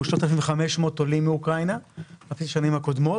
3,500 עולים מאוקראינה על בסיס השנים הקודמות.